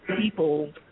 people